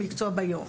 מקצוע ביום,